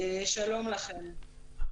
שלום לכם,